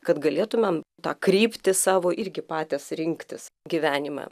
kad galėtumėm tą kryptį savo irgi patys rinktis gyvenimą